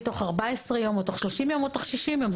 תוך 14 ימים או תוך 30 ימים או תוך 60 ימים,